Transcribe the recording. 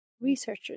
researchers